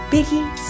Biggie